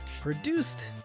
produced